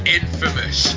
infamous